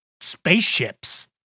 spaceships